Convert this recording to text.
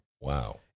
Wow